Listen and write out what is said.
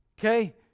Okay